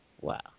Wow